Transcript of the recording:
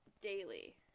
daily